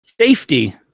safety